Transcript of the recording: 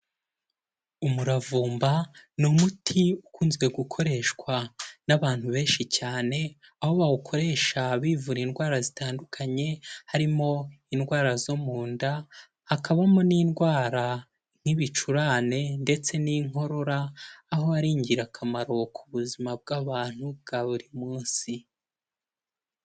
Umuravumba ni umuti ukunzwe gukoreshwa n'abantu benshi cyane, aho bawukoresha bivura indwara zitandukanye harimo indwara zo mu nda, hakabamo n'indwara nk'ibicurane ndetse n'inkorora, aho ari ingirakamaro ku buzima bw'abantu bwa buri munsi.